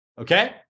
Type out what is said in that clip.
Okay